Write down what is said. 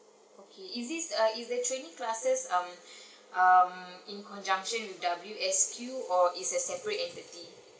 okay is this uh is the training classes um um in conjunction with W_S_Q or is a separate entity